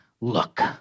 look